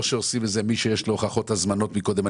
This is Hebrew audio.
שרואים מי שיש לו הוכחות להזמנות מקודם.